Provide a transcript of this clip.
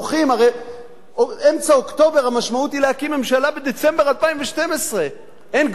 הרי "אמצע אוקטובר" המשמעות היא להקים ממשלה בדצמבר 2012. אין גבול?